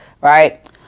right